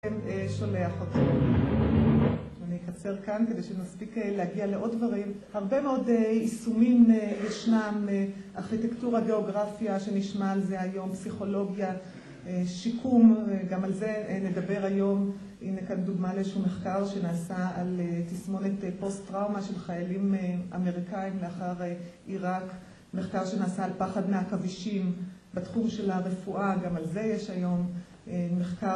אני אקצר כאן כדי שנספיק להגיע לעוד דברים. הרבה מאוד ישומים ישנם, ארכיטקטורה, גאוגרפיה, שנשמע על זה היום, פסיכולוגיה, שיקום, גם על זה נדבר היום. הנה כאן דוגמה לאיזשהו מחקר שנעשה על תסמונת פוסט טראומה של חיילים אמריקאים לאחר עיראק. מחקר שנעשה על פחד מעכבישים בתחום של הרפואה, גם על זה יש היום. מחקר.